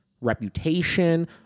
reputation